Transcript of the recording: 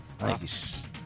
Nice